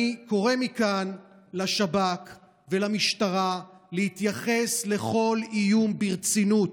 אני קורא מכאן לשב"כ ולמשטרה להתייחס לכל איום ברצינות.